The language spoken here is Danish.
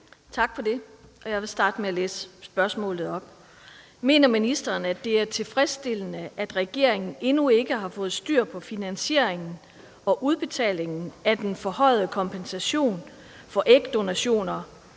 Tak for det. Jeg vil starte med at læse spørgsmålet op. Mener ministeren, at det er tilfredsstillende, at regeringen endnu ikke har fået styr på finansieringen og udbetalingen af den forhøjede kompensation for ægdonationer,